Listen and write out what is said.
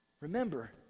Remember